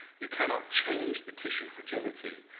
you cannot change the tissue fragility.